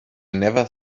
never